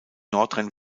nordrhein